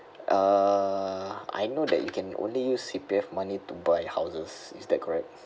uh I know that you can only use C_P_F money to buy houses is that correct